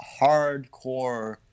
hardcore